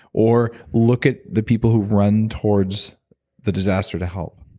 or look at the people who run towards the disaster to help.